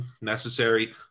necessary